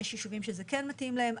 יש יישובים שזה כן מתאים להם.